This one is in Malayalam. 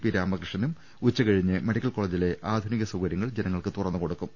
പി രാമകൃഷ്ണനും ഉച്ചകഴിഞ്ഞ് മെഡിക്കൽ കോളജിലേ ആധുനിക സൌകര്യങ്ങൾ ജനങ്ങൾക്ക് തുറന്നുകൊടുക്കും